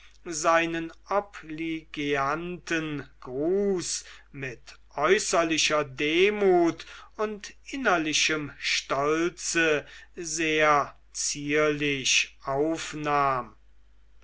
seinen obligeanten gruß mit äußerlicher demut und innerlichem stolze sehr zierlich aufnahm